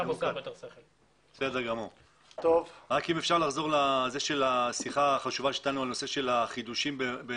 אם אפשר לחזור לשיחה החשובה שהייתה לנו בנושא החידושים.